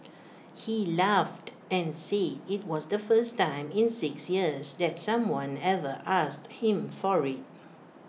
he laughed and said IT was the first time in six years that someone ever asked him for IT